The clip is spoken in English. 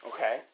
Okay